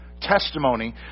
testimony